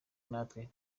natwe